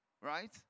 right